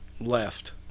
left